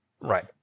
Right